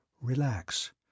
Relax